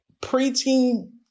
preteen